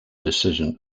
decision